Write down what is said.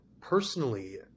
personally